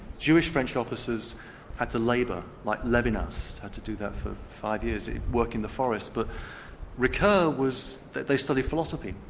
jewish french officers had to labour, like levinas had to do that for five years, work in the forest, but ricoeur was, they studied philosophy,